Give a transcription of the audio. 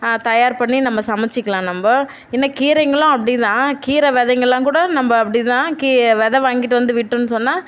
தயார் பண்ணி நம்ம சமைத்துக்கலாம் நம்ம இன்னும் கீரைங்களும் அப்படி தான் கீரை விதைங்கெல்லாம் கூட நம்ம அப்படி தான் கீ வெதை வாங்கிட்டு வந்து விட்டோம்ன்னு சொன்னால்